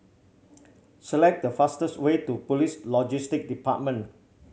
select the fastest way to Police Logistics Department